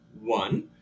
one